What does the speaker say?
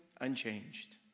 unchanged